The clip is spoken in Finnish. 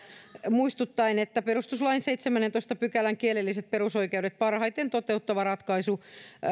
että perustuslain seitsemännentoista pykälän kielelliset perusoikeudet parhaiten toteuttava ratkaisu